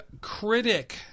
critic